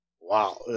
Wow